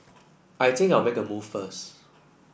I think I'll make a move first